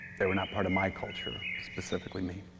they were not part of my culture, specifically me,